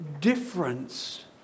difference